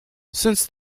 since